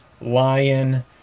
lion